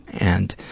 and